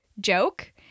joke